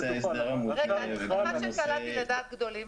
אני שמחה שקלעתי לדעת גדולים.